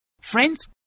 Friends